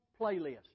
playlist